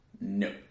No